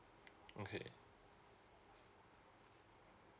okay